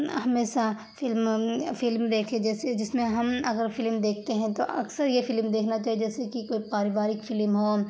ہمیسہ فلموں فلم دیکھیے جیسے جس میں ہم اگر فلم دیکھتے ہیں تو اکثر یہ فلم دیکھنا چاہیے جیسے کہ کوئی پاریوارک فلم ہو